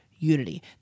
unity